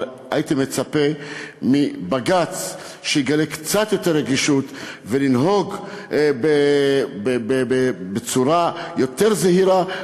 אבל הייתי מצפה מבג"ץ שיגלה קצת יותר רגישות וינהג בצורה יותר זהירה,